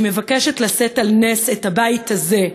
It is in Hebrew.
אני מבקשת לשאת על נס את הבית הזה,